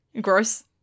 gross